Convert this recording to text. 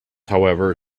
however